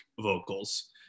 vocals